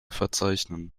verzeichnen